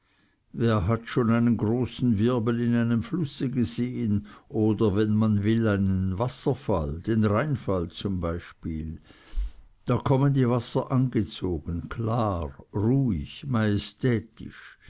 wer hat schon einen großen wirbel in einem flusse gesehen oder wenn man will einen wasserfall den rheinfall zum beispiel da kommen die wasser angezogen klar ruhig majestätisch